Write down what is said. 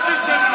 מה עשית 12 שנים?